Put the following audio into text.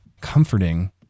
comforting